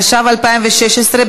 התשע"ו 2016,